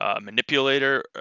manipulator